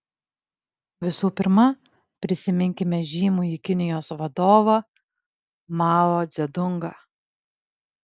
visų pirma prisiminkime žymųjį kinijos vadovą mao dzedungą